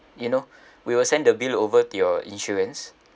you know we will send the bill over to your insurance